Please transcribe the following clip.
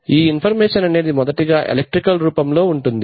ఈ ఇన్ఫర్మేషన్ అనేది మొదటగా ఎలక్ట్రికల్ రూపంలో ఉంటుంది